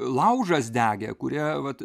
laužas degė kurią vat